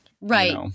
Right